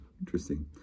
Interesting